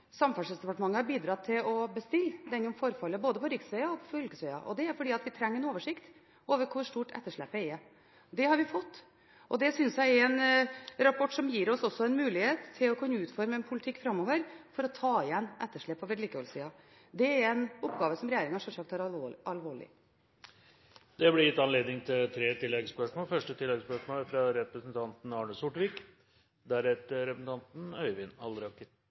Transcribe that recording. oversikt over hvor stort etterslepet er. Det har vi fått, og jeg synes det er en rapport som også gir oss en mulighet til å kunne utforme en politikk framover for å ta igjen etterslepet på vedlikeholdssiden. Det er en oppgave som regjeringen sjølsagt tar alvorlig. Det blir gitt anledning til tre oppfølgingsspørsmål – først representanten Arne